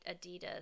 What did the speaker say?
Adidas